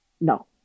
No